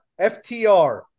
FTR